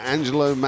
Angelo